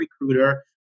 recruiter